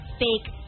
fake